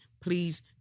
Please